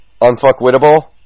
unfuckwittable